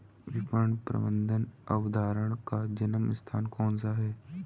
विपणन प्रबंध अवधारणा का जन्म स्थान कौन सा है?